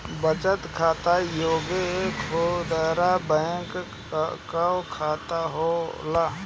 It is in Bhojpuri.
बचत खाता एगो खुदरा बैंक कअ खाता होला